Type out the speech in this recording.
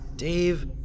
Dave